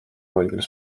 maaülikooli